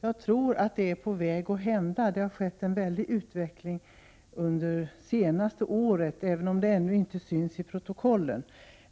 Jag tror att det är på väg att hända. Det har skett en utveckling under det senaste året, även om det ännu inte syns i protokollen.